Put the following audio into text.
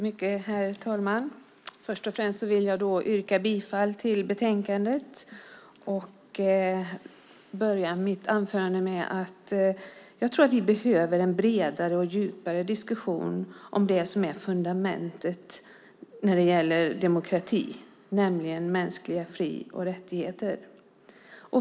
Herr talman! Först och främst vill jag yrka bifall till förslaget i betänkandet. Jag börjar mitt anförande med att säga att jag tror att vi behöver en bredare och djupare diskussion om det som är fundamentet när det gäller demokrati, nämligen mänskliga fri och rättigheter.